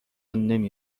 نمی